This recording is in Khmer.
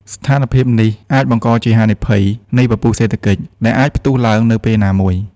ស្ថានភាពនេះអាចបង្កជាហានិភ័យនៃពពុះសេដ្ឋកិច្ច ដែលអាចផ្ទុះឡើងនៅពេលណាមួយ។